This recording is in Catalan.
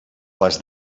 les